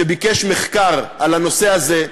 שביקש מחקר על הנושא הזה,